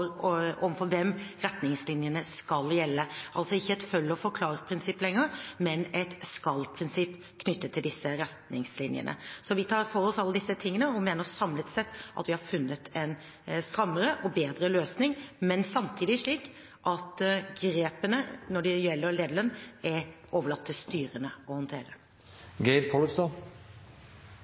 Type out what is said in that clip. hvem retningslinjene skal gjelde. Det er altså ikke lenger et følg-eller-forklar-prinsipp knyttet til disse retningslinjene, men et skal-prinsipp. Vi tar for oss alle disse tingene og mener, samlet sett, at vi har funnet en strammere og bedre løsning. Men samtidig er det slik at grepene når det gjelder lederlønn, er overlatt til styrene å